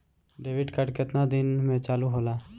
Debit card केतना दिन में चालु होला?